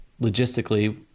logistically